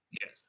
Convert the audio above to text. yes